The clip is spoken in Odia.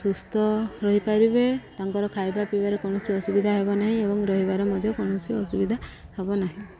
ସୁସ୍ଥ ରହିପାରିବେ ତାଙ୍କର ଖାଇବା ପିଇବାରେ କୌଣସି ଅସୁବିଧା ହେବ ନାହିଁ ଏବଂ ରହିବାର ମଧ୍ୟ କୌଣସି ଅସୁବିଧା ହେବ ନାହିଁ